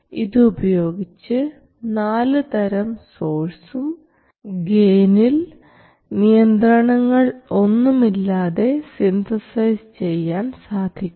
ഇത് ഉപയോഗിച്ച് നാലുതരം സോഴ്സും ഗെയിനിൽ നിയന്ത്രണങ്ങൾ ഒന്നുമില്ലാതെ സിന്തസൈസ് ചെയ്യാൻ സാധിക്കും